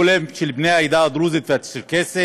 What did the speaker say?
גם אדוני רוצה.